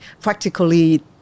practically